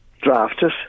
drafted